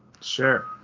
sure